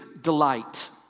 delight